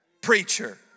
preacher